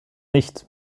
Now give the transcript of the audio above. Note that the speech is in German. nicht